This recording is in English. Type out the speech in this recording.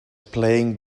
playing